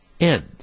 end